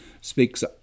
speaks